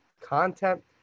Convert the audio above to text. content